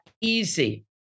easy